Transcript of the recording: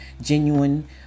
genuine